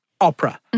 opera